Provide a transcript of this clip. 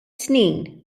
snin